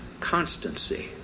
constancy